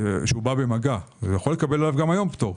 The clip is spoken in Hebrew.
כשבא במגע יכול לקבל עלינו גם היום פטור.